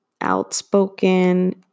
outspoken